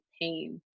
pain